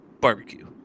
barbecue